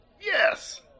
Yes